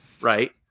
right